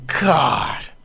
God